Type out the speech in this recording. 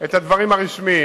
את הדברים הרשמיים.